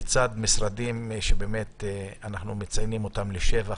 לצד משרדים שאנחנו באמת מציינים אותם לשבח